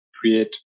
create